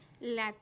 La